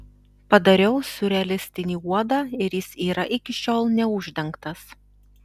padariau siurrealistinį uodą ir jis yra iki šiol neuždengtas